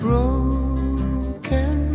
Broken